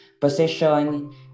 position